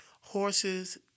horses